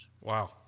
Wow